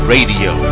Radio